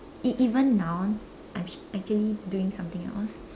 even even now I'm actually doing something else